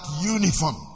uniform